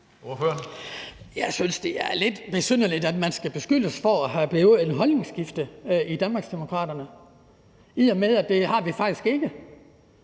Jeg synes, det er lidt besynderligt, at vi skal beskyldes for at have begået et holdningsskifte i Danmarksdemokraterne, i og med at det har vi faktisk ikke.